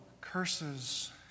curses